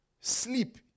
Sleep